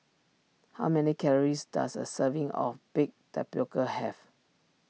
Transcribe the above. how many calories does a serving of Baked Tapioca have